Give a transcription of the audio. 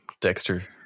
Dexter